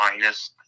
minus